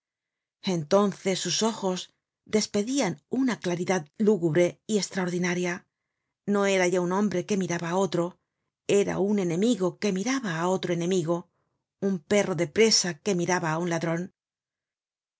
entonces sus ojos despedian una claridad lúgubre y estraordinaria no era ya un hombre que miraba á otro era un enemigo que miraba á otro enemigo un perro de presa que miraba á un ladron ya